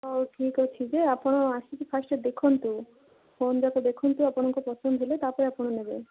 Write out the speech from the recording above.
ହଉ ଠିକ୍ ଅଛି ଯେ ଆପଣ ଆସିକି ଫାର୍ଷ୍ଟ୍ ଦେଖନ୍ତୁ ଫୋନ୍ ଯାକ ଦେଖନ୍ତୁ ଆପଣଙ୍କର ପସନ୍ଦ ହେଲେ ତାପରେ ଆପଣ ନେବେ